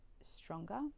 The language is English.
stronger